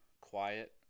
quiet